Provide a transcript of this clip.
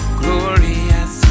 glorious